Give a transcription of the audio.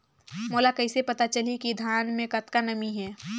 मोला कइसे पता चलही की धान मे कतका नमी हे?